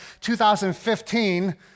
2015